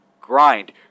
grind